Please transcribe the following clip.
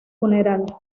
funeral